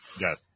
Yes